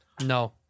no